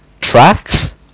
tracks